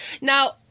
Now